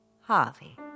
Harvey